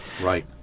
Right